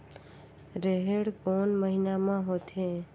रेहेण कोन महीना म होथे?